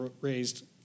raised